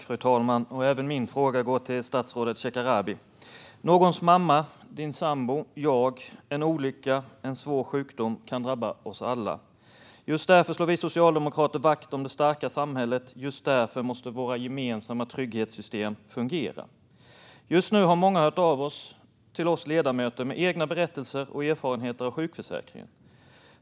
Fru talman! Även min fråga går till statsrådet Shekarabi. Någons mamma, din sambo, mig - en olycka eller svår sjukdom kan drabba oss alla. Just därför slår vi socialdemokrater vakt om det starka samhället. Just därför måste våra gemensamma trygghetssystem fungera. Just nu hör många av sig till oss ledamöter med egna berättelser och erfarenheter av sjukförsäkringen.